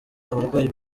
abarwaye